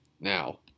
now